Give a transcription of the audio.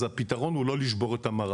אז הפתרון הוא לא לשבור את המראה.